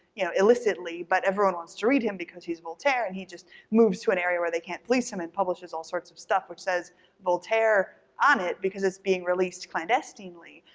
you know, illicitly, but everyone wants to read him because he's voltaire and he just moves to an area where they can't police him and publishes all sorts of stuff, which says voltaire on it because it's being released clandestinely.